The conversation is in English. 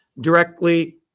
directly